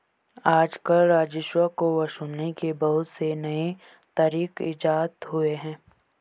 आजकल राजस्व को वसूलने के बहुत से नये तरीक इजात हुए हैं